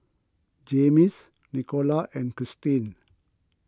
Jaymes Nicola and Christeen